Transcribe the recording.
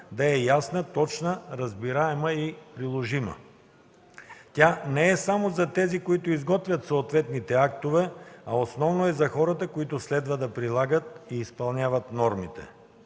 да е ясна, точна, разбираема и приложима. Тя не е само за тези, които изготвят съответните актове, а основно е за хората, които следва да прилагат и изпълняват нормите.